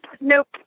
Nope